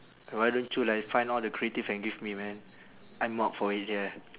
why don't you like find all the creative and give me man I'm up for it yeah